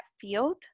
field